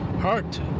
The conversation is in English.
heart